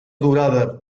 durada